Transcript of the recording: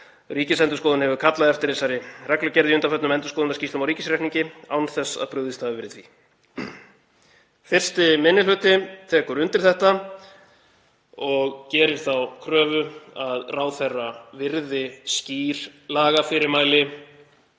Ríkisendurskoðun hefur kallað eftir þessari reglugerð í undanförnum endurskoðunarskýrslum á ríkisreikningi án þess að brugðist hafi verið við því.“ Fyrsti minni hluti tekur undir þetta og gerir þá kröfu að ráðherra virði skýr lagafyrirmæli